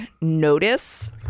notice